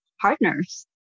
partners